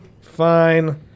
Fine